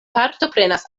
partoprenas